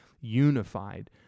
unified